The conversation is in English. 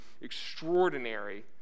extraordinary